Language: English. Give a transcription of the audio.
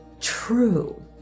true